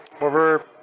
over